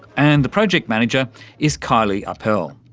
and the project manager is kylie appel.